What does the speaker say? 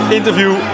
interview